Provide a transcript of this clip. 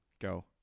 go